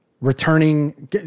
Returning